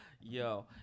Yo